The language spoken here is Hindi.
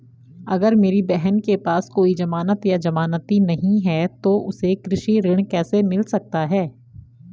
अगर मेरी बहन के पास कोई जमानत या जमानती नहीं है तो उसे कृषि ऋण कैसे मिल सकता है?